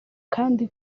kandi